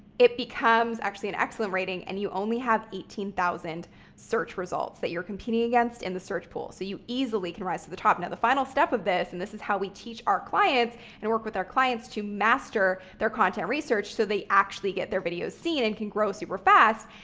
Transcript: it becomes actually an excellent rating and you only have eighteen thousand search results that you're competing against in the search pool, so you easily can rise to the top. now, the final step of this, and this is how we teach our clients and work with our clients to master their content research so they actually get their videos seen and can grow super fast,